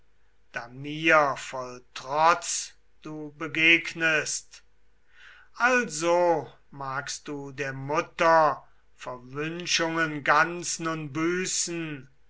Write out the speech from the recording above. da mir voll trotz du begegnest also magst du der mutter verwünschungen ganz nun büßen